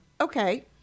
Okay